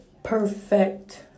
perfect